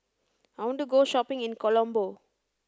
I want to go shopping in Colombo